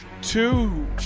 Two